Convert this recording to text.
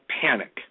panic